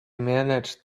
managed